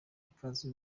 ikaze